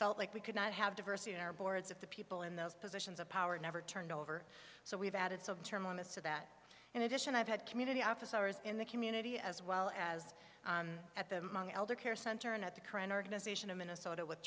felt like we could not have diversity in our boards if the people in those positions of power never turned over so we've added some term limits to that in addition i've had community officers in the community as well as at the elder care center and at the current organization in minnesota with